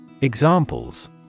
Examples